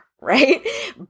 right